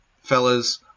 fellas